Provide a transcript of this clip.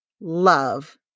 love